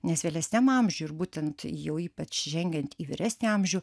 nes vėlesniam amžiui ir būtent jau ypač žengiant į vyresnį amžių